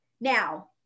Now